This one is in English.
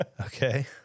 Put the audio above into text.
Okay